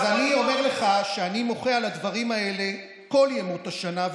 אז אני אומר לך שאני מוחה על הדברים האלה כל ימות השנה,